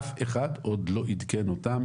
אף אחד עוד לא עדכן אותם,